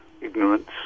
ignorance